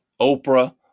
Oprah